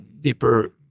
deeper